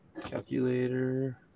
Calculator